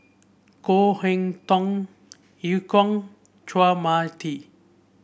Koh Eu Kong Chua Tee